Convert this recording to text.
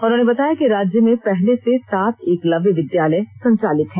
उन्होंने बताया कि राज्य में पहले से सात एकलव्य विद्यालय संचालित हैं